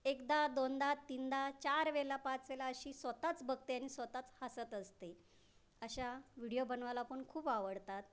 एकदा दोनदा तीनदा चारवेळा पाचवेळा अशी स्वतःच बघते आणि स्वतःच हसत असते अशा व्हिडीओ बनवायला पण खूप आवडतात